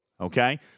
Okay